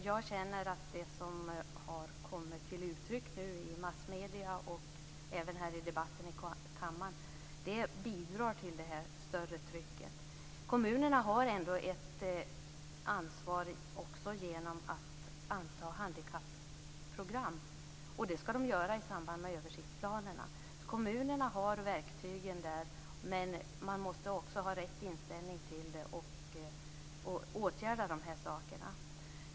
Jag känner att det som har kommit till uttryck i massmedier och även i debatten här i kammaren bidrar till det större trycket. Kommunerna har ett ansvar också genom att de skall anta handikapprogram, och det skall de göra i samband med översiktsplanerna. Kommunerna har verktygen där, men de måste också ha rätt inställning till det och åtgärda de här sakerna.